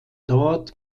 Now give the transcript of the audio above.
dort